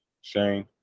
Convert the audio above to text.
Shane